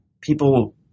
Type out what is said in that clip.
People